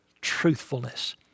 truthfulness